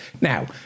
Now